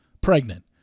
pregnant